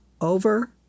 over